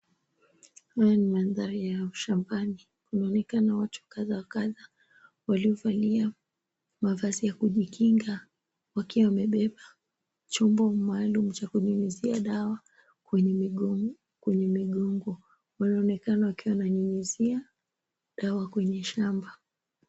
Haya ni mandhari ya shambani inaonekana watu kadha wa kadha waliovalia mavazi ya kujikinga wakiwa wamebeba chombo maalum cha kunyuyuzia dawa kwenye migongo wanaonekana wakiwa nyuyuzia dawa kwenye shamba.